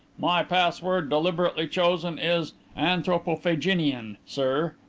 my password, deliberately chosen, is anthropophaginian, sir.